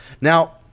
Now